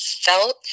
felt